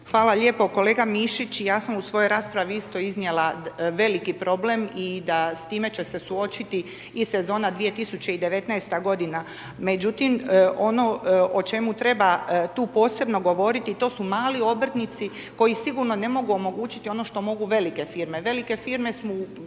Hvala lijepo, kolega Mišić ja sam u svoj raspravi isto iznijela veliki problem i da s time će se suočiti i sezona 2019. godina, međutim ono o čemu treba tu posebno govoriti to su mali obrtnici koji sigurno ne mogu omogućiti ono što mogu velike firme. Velike firme su,